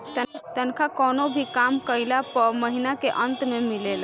तनखा कवनो भी काम कइला पअ महिना के अंत में मिलेला